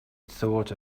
thought